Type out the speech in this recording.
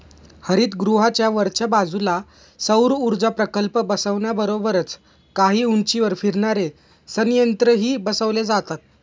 हरितगृहाच्या वरच्या बाजूला सौरऊर्जा प्रकल्प बसवण्याबरोबरच काही उंचीवर फिरणारे संयंत्रही बसवले जातात